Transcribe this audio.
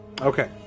Okay